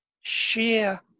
share